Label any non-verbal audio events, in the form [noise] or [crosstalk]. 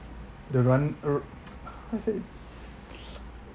the run [noise] what I say